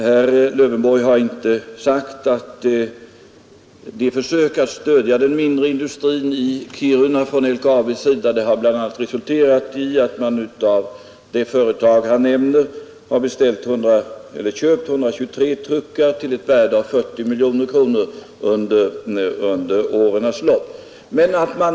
Herr Lövenborg har inte nämnt att de försök att stödja den mindre industrin i Kiruna som LKAB gjort bl.a. resulterat i att man av det företag han åberopar har köpt 123 truckar till ett värde av 40 miljoner kronor under årens lopp.